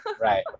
Right